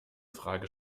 frage